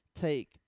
take